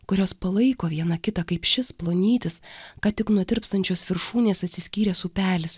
kurios palaiko viena kitą kaip šis plonytis ką tik nuo tirpstančios viršūnės atsiskyręs upelis